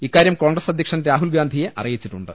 ഇക്കാര്യം കോൺഗ്രസ് അധ്യക്ഷൻ രാഹുൽ ഗാന്ധിയെ അറിയിച്ചിട്ടുണ്ട്